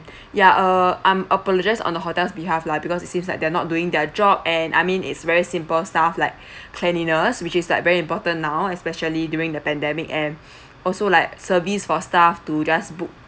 ya err I'm apologise on the hotel's behalf lah because it seems like they're not doing their job and I mean it's very simple stuff like cleanliness which is like very important now especially during the pandemic and also like service for staff to just book